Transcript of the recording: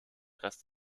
rest